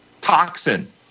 toxin